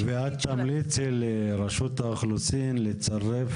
של --- ואת תמליצי לרשות האוכלוסין לצרף